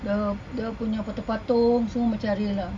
err dia dia punya patung-patung semua macam real lah